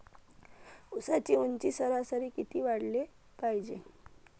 ऊसाची ऊंची सरासरी किती वाढाले पायजे?